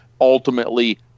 ultimately